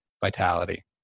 vitality